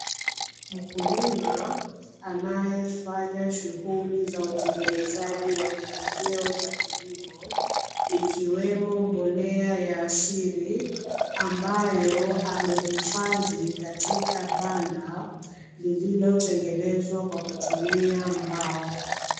Mkulima anayefanya shughuli za utengenezaji wa pembejeo za kilimo ikiwemo mbolea ya asili ambayo amehifadhi katika banda lililotengenezwa kwa kutumia mbao.